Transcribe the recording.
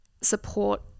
support